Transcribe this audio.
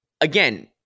again